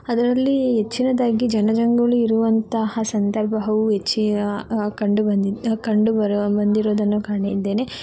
ಅದರಲ್ಲಿ ಹೆಚ್ಚಿನದ್ದಾಗಿ ಜನಜಂಗುಳಿ ಇರುವಂತಹ ಸಂದರ್ಭವು ಹೆಚ್ಚು ಕಂಡು ಬಂದಿದ್ದು ಕಂಡು ಬರು ಬಂದಿರುವುದನ್ನು ಕಂಡಿದ್ದೇನೆ